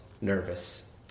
nervous